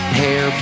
hair